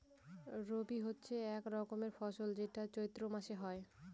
রবি হচ্ছে এক রকমের ফসল যেটা চৈত্র মাসে হয়